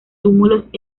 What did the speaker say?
túmulos